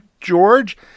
George